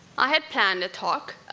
i had planned to talk,